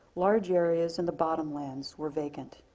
large areas in the bottom lands were vacant,